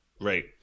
Right